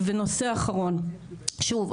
ונושא אחרון שוב,